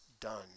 done